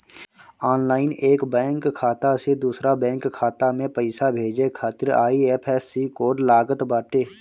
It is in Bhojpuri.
ऑनलाइन एक बैंक खाता से दूसरा बैंक खाता में पईसा भेजे खातिर आई.एफ.एस.सी कोड लागत बाटे